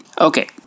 Okay